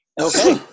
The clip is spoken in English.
Okay